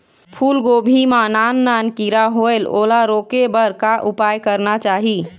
फूलगोभी मां नान नान किरा होयेल ओला रोके बर का उपाय करना चाही?